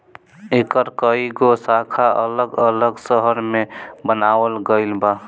एकर कई गो शाखा अलग अलग शहर में बनावल गईल बा